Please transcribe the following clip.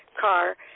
car